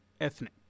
ethnic